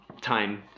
time